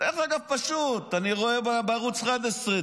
אני רואה בערוץ 11,